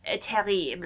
terrible